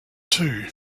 two